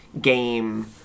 game